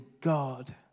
God